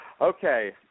Okay